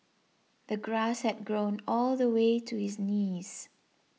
the grass had grown all the way to his knees